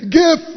give